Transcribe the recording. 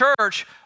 church